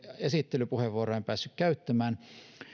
esittelypuheenvuoroa en päässyt käyttämään